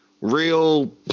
Real